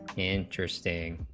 interesting